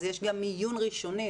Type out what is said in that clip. יש גם מיון ראשוני,